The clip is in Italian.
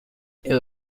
era